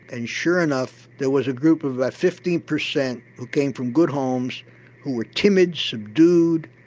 and sure enough there was a group of about fifteen percent who came from good homes who were timid, subdued,